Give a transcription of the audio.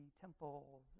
temples